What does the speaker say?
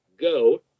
go